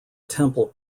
temple